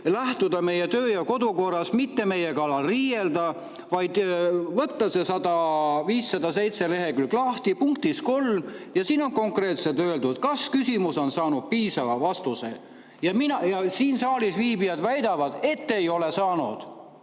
lähtuda meie töö‑ ja kodukorrast, mitte meiega riielda, vaid võtta see 507. lehekülg lahti, kus punktis 3 on konkreetselt öeldud: "[---] kas küsimus on saanud piisava vastuse". Mina ja siin saalis viibijad väidavad, et ei ole saanud.